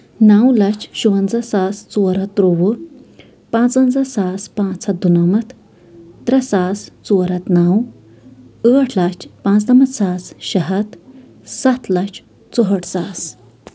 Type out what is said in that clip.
نو لچھ شُوَنٛزاہ ساس ژور ہَتھ ترٛووُہ پانٛژ وَنٛزاہ ساس پانٛژھ ہَتھ دُنَمَتھ ترٛےٚ ساس ژور ہَتھ نو ٲٹھ لَچھ پانژنَمَتھ ساس شیٚے ہَتھ سَتھ لَچھ ژُہٲٹھ ساس